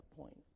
point